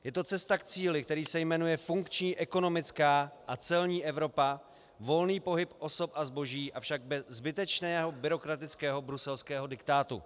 Je to cesta k cíli, který se jmenuje funkční ekonomická a celní Evropa, volný pohyb osob a zboží, avšak bez zbytečného byrokratického bruselského diktátu.